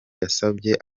yasabye